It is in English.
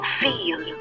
feel